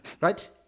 right